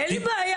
אין לי בעיה,